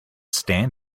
stand